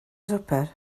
swper